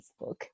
Facebook